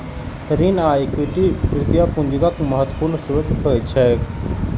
ऋण आ इक्विटी वित्तीय पूंजीक महत्वपूर्ण स्रोत होइत छैक